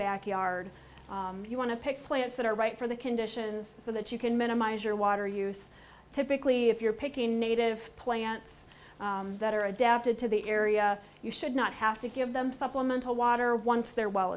backyard you want to pick plants that are right for the conditions so that you can minimise your water use typically if you're picking native plants that are adapted to the area you should not have to give them supplemental water once they're well